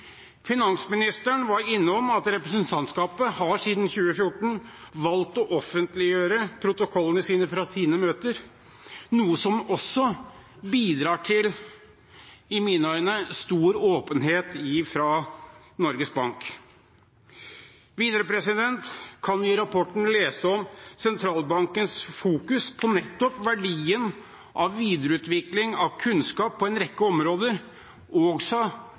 Finansministeren var innom at representantskapet siden 2014 har valgt å offentliggjøre protokollene fra sine møter, noe som også bidrar til – i mine øyne – stor åpenhet fra Norges Banks side. Vi kan i rapporten lese om sentralbankens fokusering på nettopp verdien av videreutvikling av kunnskap på en rekke områder – også